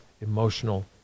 emotional